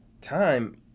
time